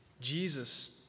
Jesus